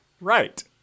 Right